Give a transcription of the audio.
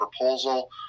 proposal